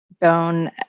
bone